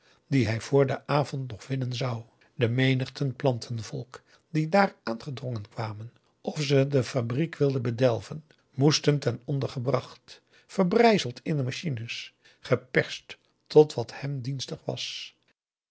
dien hij vor den avond nog winnen zou de menigten planten volk die daar aangedrongen kwamen of ze de fabriek wilden bedelven moesten ten onder gebracht verbrijzeld in de machines geperst tot wat hem dienstig was